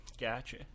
Gotcha